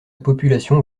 population